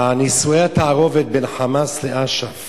נישואי התערובת בין ה"חמאס" לאש"ף